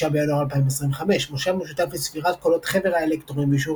6 בינואר 2025 מושב משותף לספירת קולות חבר האלקטורים ואישור